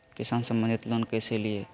किसान संबंधित लोन कैसै लिये?